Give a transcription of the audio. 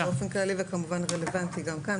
באופן כללי וכמובן זה רלוונטי גם כאן.